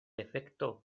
efecto